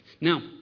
Now